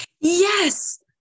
Yes